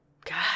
God